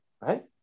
right